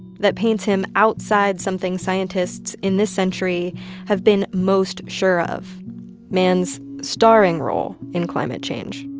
that paints him outside something scientists in this century have been most sure of man's starring role in climate change.